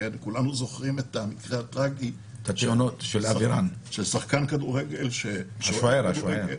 כולנו זוכרים את המקרה הטראגי של שוער הכדורגל אבי רן,